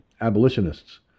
abolitionists